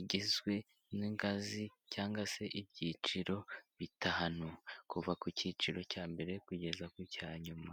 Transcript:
igizwe n'ingazi cyangwa se ibyiciro bitanu, kuva ku cyiciro cya mbere kugeza ku cya nyuma.